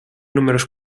números